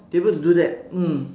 to be able to do that mm